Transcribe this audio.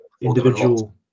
individual